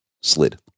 slid